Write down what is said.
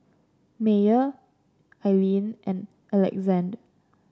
Meyer Ilene and Alexande